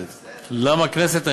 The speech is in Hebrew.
למה לא לכלכלה?